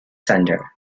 sender